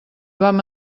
vam